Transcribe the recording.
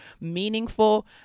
meaningful